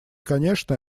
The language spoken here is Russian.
конечно